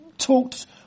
Talked